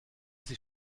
sie